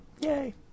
Yay